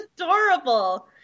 adorable